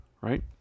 right